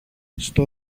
στο